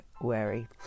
wary